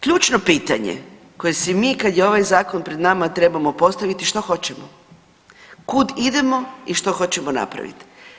Ključno pitanje koje si mi kad je ovaj zakon pred nama trebamo postaviti, što hoćemo, kud idemo i što hoćemo napraviti?